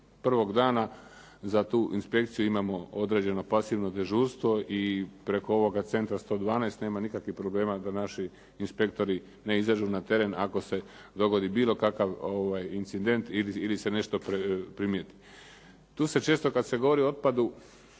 prvog dana za tu inspekciju imamo određeno pasivno dežurstvo i preko ovoga centra 112 nema nikakvih problema da naši inspektori ne izađu teren ako se dogodi bilo kakav incident ili se nešto primijeti. Tu se često kad se govori o otpadu,